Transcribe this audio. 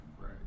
right